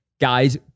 guys